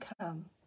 come